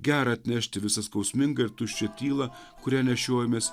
gera atnešti visą skausmingą ir tuščią tylą kurią nešiojamės